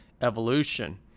evolution